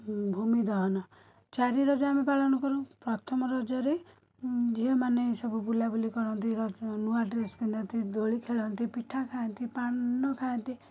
ଉଁ ଭୂମି ଦହନ ଚାରି ରଜ ଆମେ ପାଳନ କରୁ ପ୍ରଥମ ରଜରେ ଉଁ ଝିଅମାନେ ସବୁ ବୁଲାବୁଲି କରନ୍ତି ନୂଆ ଡ୍ରେସ ପିନ୍ଧନ୍ତି ଦୋଳି ଖେଳନ୍ତି ପିଠା ଖାଆନ୍ତି ପାନ ଖାଆନ୍ତି